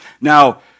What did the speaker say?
Now